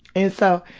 and so,